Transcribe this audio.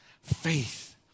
faith